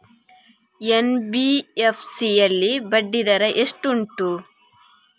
NBFC ಯಲ್ಲಿ ಬಡ್ಡಿ ದರ ಎಷ್ಟು ಉಂಟು?